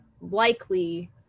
likely